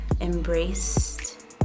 embraced